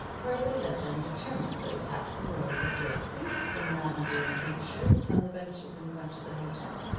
pearlie led them determinedly past the rows of gray suits and lavender and pink shirts on the benches in front of the hotel.